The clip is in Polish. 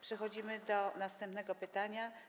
Przechodzimy do następnego pytania.